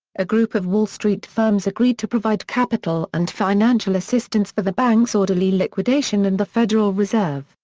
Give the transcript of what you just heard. a group of wall street firms agreed to provide capital and financial assistance for the bank's orderly liquidation and the federal reserve,